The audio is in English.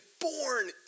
born